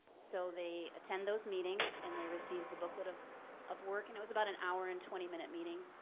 so they attend those meetings and they receive the booklet of of work, and it was about an hour and twenty minute meeting.